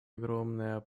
огромное